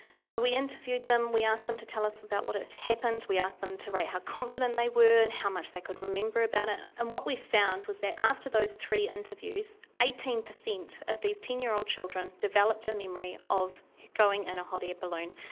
so we interviewed them, we asked them to tell us about what had ah happened, we asked them to rate how confident they were and how much they could remember about it. and what we found was that after those three interviews, eighteen percent of these ten-year-old children developed a memory of going in a hot air balloon.